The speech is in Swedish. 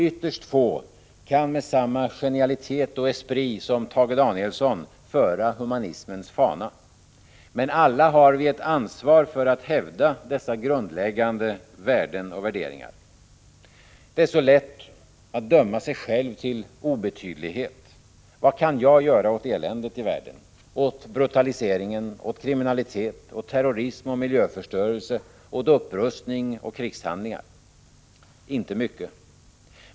Ytterst få kan med samma genialitet och espri som Tage Danielsson föra humanismens fana. Men alla har vi ett ansvar för att hävda dessa grundläggande värden och värderingar. Det är så lätt att döma sig själv till obetydlighet. Vad kan jag göra åt eländet i världen, åt brutalisering och kriminalitet, åt terrorism och miljöförstörelse, åt upprustning och krigshandlingar? Inte mycket.